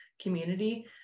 community